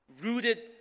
rooted